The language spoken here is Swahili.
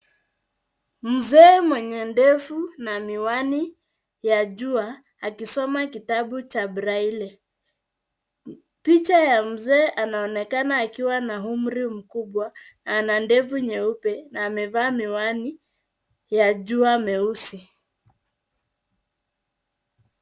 Mzee mwenye ndevu na miwani ya jua akisoma kitabu cha braille . Picha ya mzee anaonekana akiwa na umri mkubwa ana ndevu nyeupe na amevaa miwani ya jua meusi.